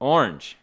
Orange